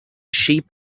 sheep